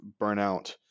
burnout